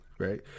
Right